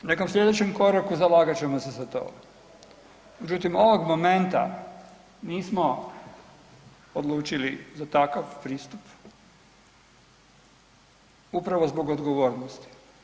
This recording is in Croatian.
U nekom sljedećem koraku zalagat ćemo se za to, međutim ovog momenta nismo odlučili za takav pristup upravo zbog odgovornosti.